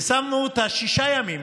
ושמנו את ששת הימים.